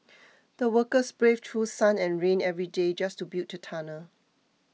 the workers braved through sun and rain every day just to build the tunnel